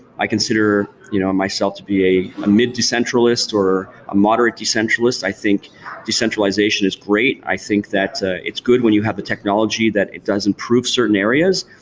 i consider you know myself to be a a mid-decentralist or a moderate decentralist. i think decentralization is great. i think that it's good when you have the technology that it does improve certain areas.